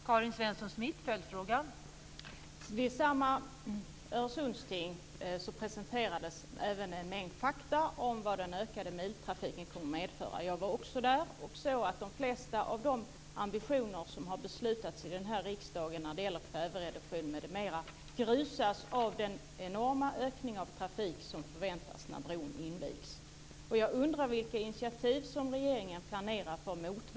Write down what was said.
Fru talman! Vid samma Öresundsting presenterades även en mängd fakta om vad den ökade biltrafiken kommer att medföra. Jag var också där och märkte att de flesta av de ambitioner som har beslutats i denna riksdag när det gäller kvävereduktion m.m. grusas av den enorma ökning av trafik som förväntas när bron har invigts.